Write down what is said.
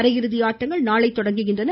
அரையிறுதி ஆட்டங்கள் நாளை தொடங்குகின்றன